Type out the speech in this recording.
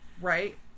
Right